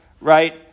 right